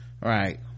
right